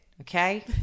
Okay